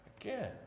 again